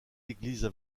églises